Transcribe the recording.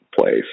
place